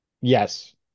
yes